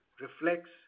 reflects